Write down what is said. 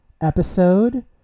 episode